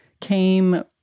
came